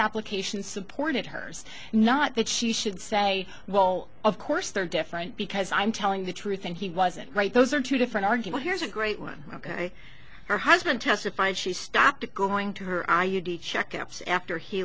application supported hers not that she should say well of course they're different because i'm telling the truth and he wasn't right those are two different argument here's a great one ok her husband testified she stopped going to her i u d checkups after he